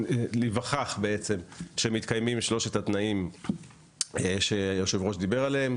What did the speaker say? להיווכח שמתקיימים שלושת התנאים שהיושב ראש דיבר עליהם.